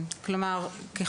אני שואלת: איפה התקציבים הולכים?